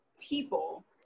people